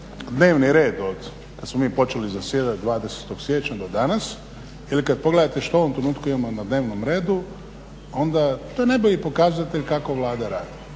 dnevni red od kad smo mi počeli zasjedati 20. siječnja do danas ili kad pogledate što u ovom trenutku imamo na dnevnom redu onda to je najbolji pokazatelj kako Vlada radi.